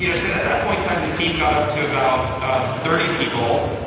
you know so that that point time, the team got up to about thirty people.